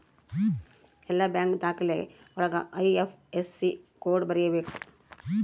ಎಲ್ಲ ಬ್ಯಾಂಕ್ ದಾಖಲೆ ಒಳಗ ಐ.ಐಫ್.ಎಸ್.ಸಿ ಕೋಡ್ ಬರೀಬೇಕು